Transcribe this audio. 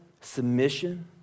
submission